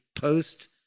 post